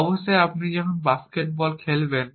অবশ্যই আপনি যখন বাস্কেটবল খেলবেন